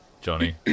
Johnny